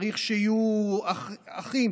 צריך שיהיו אחים,